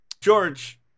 george